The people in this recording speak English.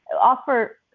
offer